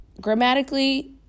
grammatically